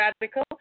radical